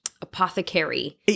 apothecary